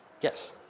Yes